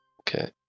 okay